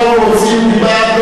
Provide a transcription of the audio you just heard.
לא באו והוציאו דיבה,